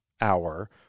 hour